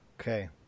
Okay